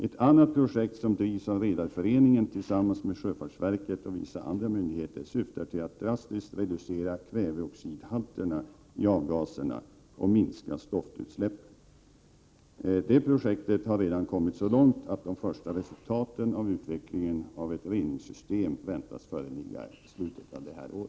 Ett annat projekt som drivs av redarföreningen tillsammans med sjöfartsverket och vissa andra myndigheter syftar till att drastiskt reducera kväveoxidhalterna i avgaserna och minska stoftutsläppen. Det projektet har redan kommit så långt att de första resultaten av utvecklingen av ett reningssystem väntas föreligga i slutet av detta år.